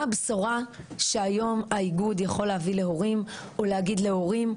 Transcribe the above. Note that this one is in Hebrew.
מה הבשורה שהיום האיגוד יכול להביא להורים ולהגיד להורים,